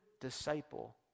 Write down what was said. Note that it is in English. disciple